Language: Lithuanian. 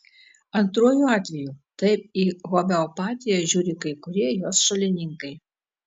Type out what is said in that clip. antruoju atveju taip į homeopatiją žiūri kai kurie jos šalininkai